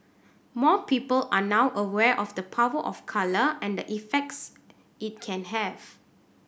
more people are now aware of the power of colour and the effects it can have